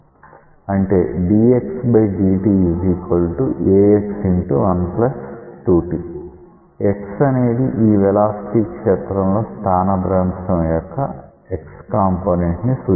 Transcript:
అంటే dxdtax12t x అనేది ఈ వెలాసిటీ క్షేత్రంలో స్థానభ్రంశం యొక్క x కంపోనెంట్ ని సూచిస్తుంది